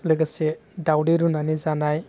लोगोसे दावदै रुनानै जानाय